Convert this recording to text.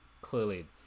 clearly